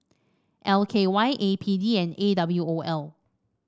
L K Y A P D and A W O L